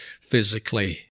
physically